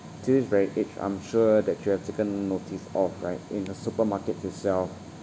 till this very age I'm sure that you have taken notice of right in a supermarket itself